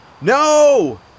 No